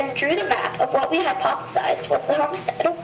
and drew the map of what we hypothesized was the homestead.